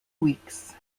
weeks